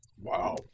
Wow